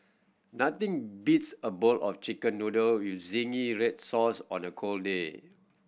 nothing beats a bowl of Chicken Noodle with zingy red sauce on a cold day